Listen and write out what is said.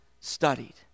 studied